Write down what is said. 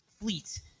fleet